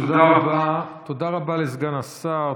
תודה רבה לסגן השר.